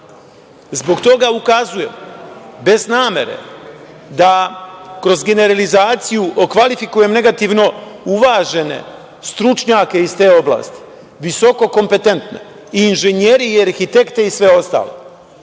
toga ukazujem, bez namere da kroz generalizaciju okvalifikujem negativno uvažene stručnjake iz te oblasti, visoko kompetentne, i inženjeri i arhitekte i sve ostalo,